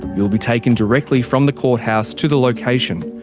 you will be taken directly from the courthouse to the location.